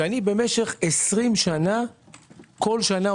שאני במשך 20 שנים בכל שנה,